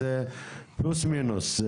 פלוס-מינוס.